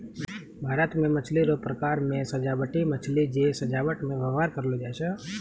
भारत मे मछली रो प्रकार मे सजाबटी मछली जे सजाबट मे व्यवहार करलो जाय छै